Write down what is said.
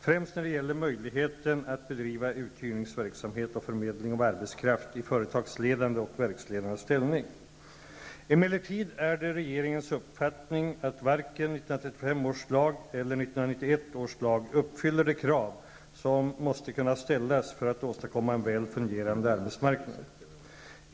främst när det gäller möjligheten att bedriva uthyrningsverksamhet och förmedling av arbetskraft i företagsledande eller verksledande ställning. Emellertid är det regeringens uppfattning att varken 1935 års lag eller 1991 års lag uppfyller de krav som måste kunna ställas för att åstadkomma en väl fungerande arbetsmarknad.